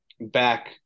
back